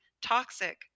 toxic